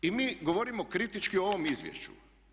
I mi govorimo kritički o ovom izvješću.